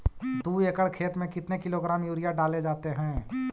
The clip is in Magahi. दू एकड़ खेत में कितने किलोग्राम यूरिया डाले जाते हैं?